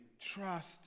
Trust